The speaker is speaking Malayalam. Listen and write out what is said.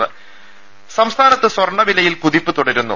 ടെട സംസ്ഥാനത്ത് സ്വർണ്ണ വിലയിൽ കുതിപ്പ് തുടരുന്നു